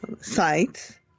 sites